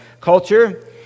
culture